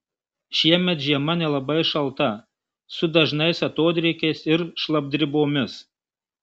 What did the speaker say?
šiemet žiema nelabai šalta su dažnais atodrėkiais ir šlapdribomis